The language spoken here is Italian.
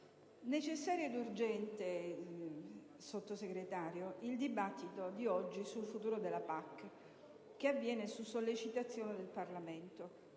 necessario ed urgente il dibattito odierno sul futuro della PAC, che avviene su sollecitazione del Parlamento.